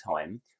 time